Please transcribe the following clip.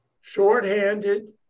shorthanded